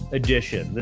edition